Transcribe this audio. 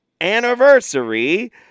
anniversary